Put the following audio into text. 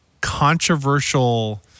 controversial